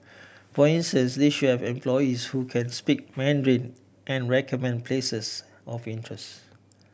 for instance they should have employees who can speak Mandarin and recommend places of interest